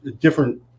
different